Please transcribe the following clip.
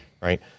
Right